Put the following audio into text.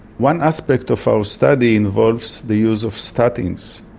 one aspect of our study involves the use of statins.